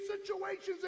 situations